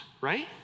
right